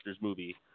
movie